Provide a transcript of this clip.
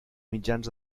mitjans